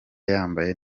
yambaye